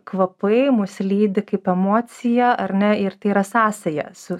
kvapai mus lydi kaip emocija ar ne ir tai yra sąsaja su